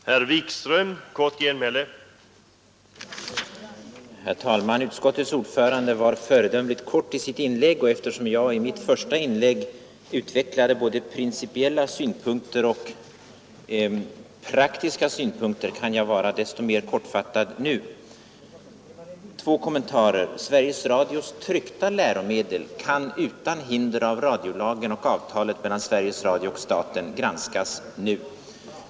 Herr talman! Utskottets ordförande var föredömligt kort i sitt anförande, och eftersom jag i mitt första inlägg utvecklade både principiella och praktiska synpunkter kan jag vara desto mer kortfattad nu. Jag vill göra två kommentarer. Sveriges Radios tryckta läromedel kan utan hinder av radiolagen och avtalet mellan Sveriges Radio och staten granskas redan nu.